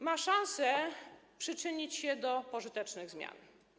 Ma szansę przyczynić się do pożytecznych zmian.